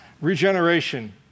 regeneration